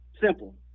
Simple